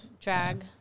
drag